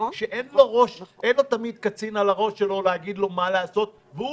שאין לו תמיד קצין על הראש להגיד לו מה לעשות והוא